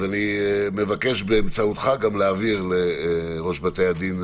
אז אני מבקש באמצעותך להעביר לראש בתי הדין,